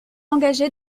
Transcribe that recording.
engagé